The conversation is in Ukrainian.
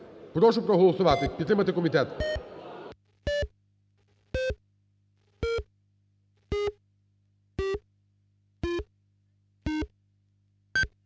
Прошу проголосувати, підтримати комітет.